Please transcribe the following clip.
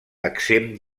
exempt